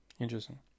Interesting